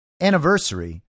anniversary